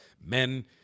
men